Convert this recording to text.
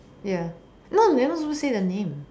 ya no you're not supposed to say their name